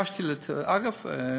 אגב,